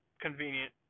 convenient